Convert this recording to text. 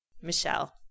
Michelle